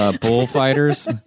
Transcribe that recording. bullfighters